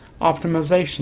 optimization